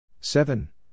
Seven